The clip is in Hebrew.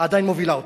עדיין מובילה אותם: